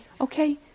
Okay